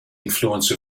influence